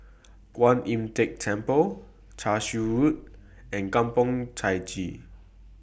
Kuan Im Tng Temple Cashew Road and Kampong Chai Chee